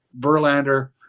Verlander